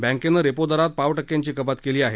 बँकेनं रेपो दरात पाव टक्क्यांची कपात केली आहे